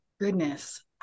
Goodness